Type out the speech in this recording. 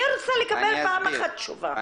אני רוצה לקבל פעם אחת תשובה.